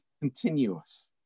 continuous